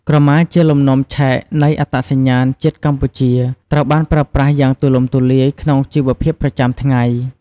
ក្រម៉ាជាលំនាំឆែកនៃអត្តសញ្ញាណជាតិកម្ពុជា ត្រូវបានប្រើប្រាស់យ៉ាងទូលំទូលាយក្នុងជីវភាពប្រចាំថ្ងៃ។